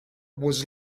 was